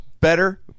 Better